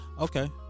okay